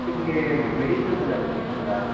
ನಿಮಗೆ ಮೆಡಿಸನ್ಸ್ ಎಲ್ಲ ಕೊಟ್ಟಿದ್ನಲ್ಲಾ